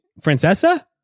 Francesca